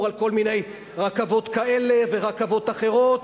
על כל מיני רכבות כאלה ורכבות אחרות,